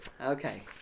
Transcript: Okay